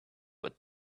which